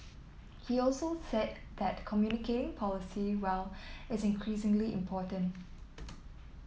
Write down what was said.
he also said that communicating policy well is increasingly important